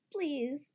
please